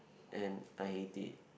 and I did